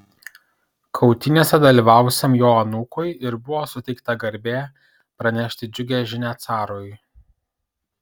kautynėse dalyvavusiam jo anūkui ir buvo suteikta garbė pranešti džiugią žinią carui